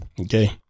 Okay